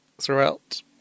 throughout